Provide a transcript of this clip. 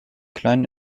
kleinen